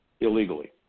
illegally